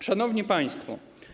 Szanowni Państwo!